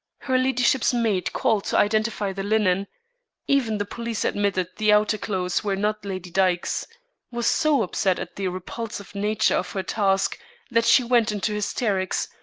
her ladyship's maid called to identify the linen even the police admitted the outer clothes were not lady dyke's was so upset at the repulsive nature of her task that she went into hysterics,